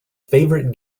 favourite